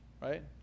right